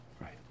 Right